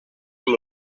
amb